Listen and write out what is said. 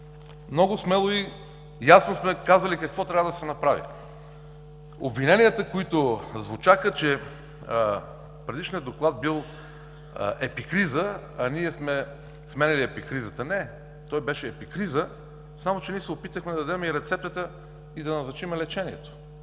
Много смело и ясно сме казали какво трябва да се направи. Обвиненията, които звучаха, че предишният доклад бил епикриза, а ние сме сменяли епикризата. Не! Той беше епикриза, само че ние се опитахме да дадем и рецептата, и да назначим лечението.